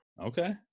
okay